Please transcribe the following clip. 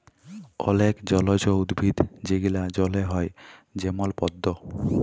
অলেক জলজ উদ্ভিদ যেগলা জলে হ্যয় যেমল পদ্দ